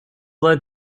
led